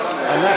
לסעיף 95,